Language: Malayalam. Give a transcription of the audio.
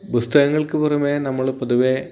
പുസ്തകങ്ങൾക്ക് പുറമേ നമ്മൾ പൊതുവേ